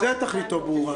ג'ובים זה תכליתו הברורה,